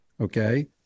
Okay